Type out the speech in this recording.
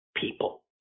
people